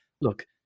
look